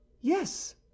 Yes